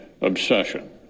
obsession